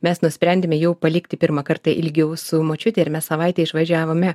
mes nusprendėme jau palikti pirmą kartą ilgiau su močiute ir mes savaitei išvažiavome